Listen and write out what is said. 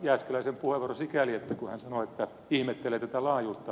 jääskeläisen puheenvuoro sikäli kun hän sanoi että ihmettelee tätä laajuutta